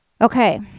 okay